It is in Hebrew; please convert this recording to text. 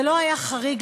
זה לא היה חריג,